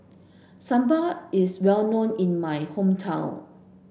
Sambal is well known in my hometown